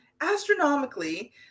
astronomically